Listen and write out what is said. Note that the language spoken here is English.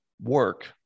Work